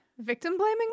Victim-blaming